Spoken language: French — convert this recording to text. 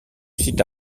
site